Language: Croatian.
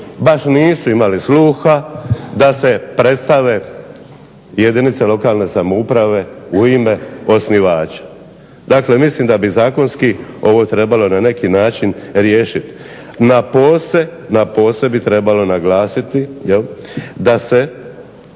baš nisu imali sluha da se predstave jedinice lokalne samouprave u ime osnivača. Dakle, mislim da bi zakonski ovo trebalo na neki način riješiti. Napose, napose bi trebalo naglasiti da se